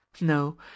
no